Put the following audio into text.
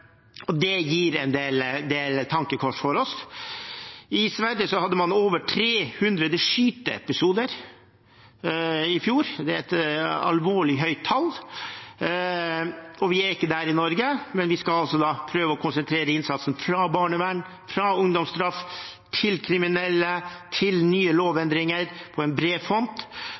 tankekors for oss. I Sverige hadde man over 300 skyteepisoder i fjor. Det er et alvorlig høyt tall. Vi er ikke der i Norge, men vi skal altså prøve å konsentrere innsatsen fra barnevern, fra ungdomsstraff, til kriminelle, til nye lovendringer og ha en bred